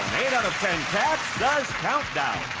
eight out of ten cats does countdown.